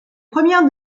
premières